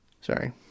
Sorry